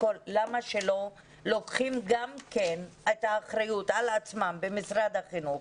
למה לא לוקחים את האחריות על עצמם במשרד החינוך,